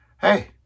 hey